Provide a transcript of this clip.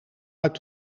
uit